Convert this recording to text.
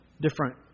different